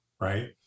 right